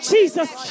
Jesus